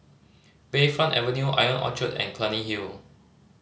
Bayfront Avenue Ion Orchard and Clunny Hill